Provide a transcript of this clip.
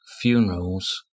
funerals